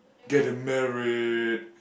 get married